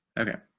okay.